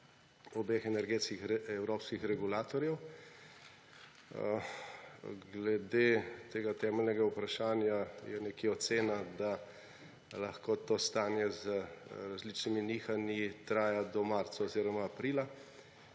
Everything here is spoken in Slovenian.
obeh energetskih evropskih regulatorjev. Glede tega temeljnega vprašanja je nekje ocena, da lahko to stanje z različnimi nihanji traja do marca oziroma aprila,